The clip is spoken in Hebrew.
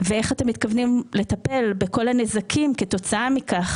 ואיך אתם מתכוונים לטפל בכל הנזקים כתוצאה מכך?